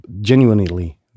genuinely